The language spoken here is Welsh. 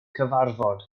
cyfarfod